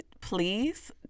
please